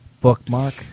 Bookmark